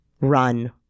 run